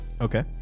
Okay